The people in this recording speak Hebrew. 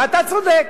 ואתה צודק.